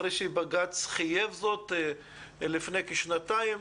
אחרי שבג"ץ חייב זאת לפני כשנתיים,